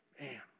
Man